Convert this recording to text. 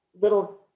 little